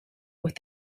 with